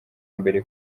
mbere